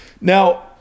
Now